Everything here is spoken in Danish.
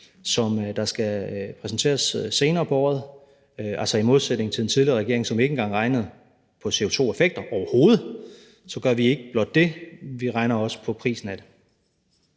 som skal præsenteres senere på året. I modsætning til den tidligere regering, som ikke engang regnede på CO2-effekter, overhovedet, gør vi ikke blot det; vi regner også på prisen af det.